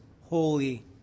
holy